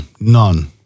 none